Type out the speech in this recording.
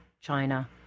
China